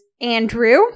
Andrew